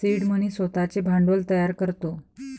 seed money स्वतःचे भांडवल तयार करतो